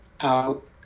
out